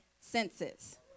senses